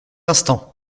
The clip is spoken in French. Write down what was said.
instants